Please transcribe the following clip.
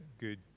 good